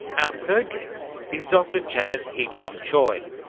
our third guest is dr jaz hee-jeong choi,